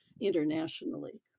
internationally